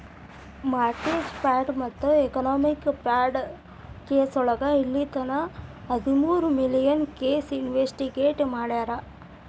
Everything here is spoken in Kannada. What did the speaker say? ಮಾರ್ಟೆಜ ಫ್ರಾಡ್ ಮತ್ತ ಎಕನಾಮಿಕ್ ಫ್ರಾಡ್ ಕೆಸೋಳಗ ಇಲ್ಲಿತನ ಹದಮೂರು ಮಿಲಿಯನ್ ಕೇಸ್ ಇನ್ವೆಸ್ಟಿಗೇಟ್ ಮಾಡ್ಯಾರ